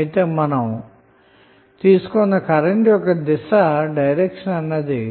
అయితే మనం తీసుకున్న కరెంటు యొక్క దిశ అన్నది